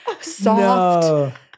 soft